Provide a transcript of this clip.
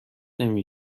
نمی